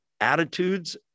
attitudes